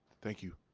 thank you.